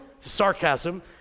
Sarcasm